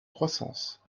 croissance